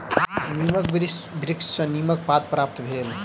नीमक वृक्ष सॅ नीमक पात प्राप्त भेल